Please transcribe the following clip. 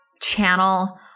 channel